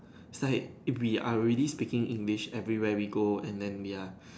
beside if we are really speaking English everywhere we go and then ya